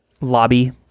lobby